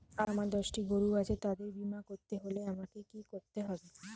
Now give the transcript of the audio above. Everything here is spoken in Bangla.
আমার দশটি গরু আছে তাদের বীমা করতে হলে আমাকে কি করতে হবে?